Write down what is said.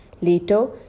Later